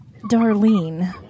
Darlene